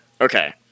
okay